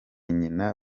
nyina